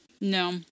No